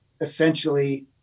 essentially